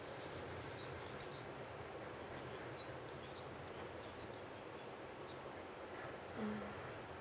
mm